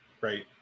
Right